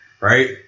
right